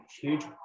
huge